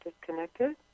disconnected